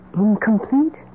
incomplete